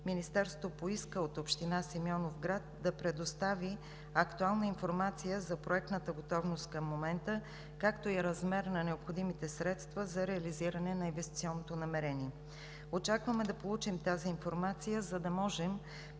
Министерството поиска от Община Симеоновград да предостави актуална информация за проектната готовност към момента, както и размера на необходимите средства за реализиране на инвестиционното намерение. Очакваме да получим тази информация, за да можем